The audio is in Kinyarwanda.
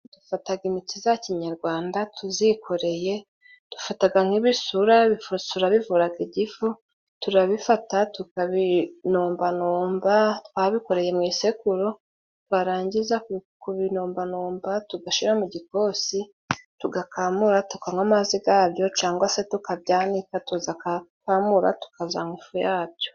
Dufataga imiti za kinyarwanda tuzikoreye. Dufataga nk'ibisura, ibisura bivuraga igifu. Turabifata tukabinombanomba, babikoreye mu isekuru barangiza kubinombanomba tugashira mu gikosi tugakamura, tukanywa amazi gabyo, cyangwa se tukabyanika tugakamura tukazanywa ifu yabyo.